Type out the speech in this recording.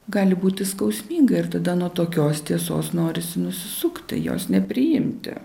gali būti skausminga ir tada nuo tokios tiesos norisi nusisukti jos nepriimti